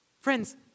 Friends